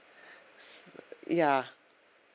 ya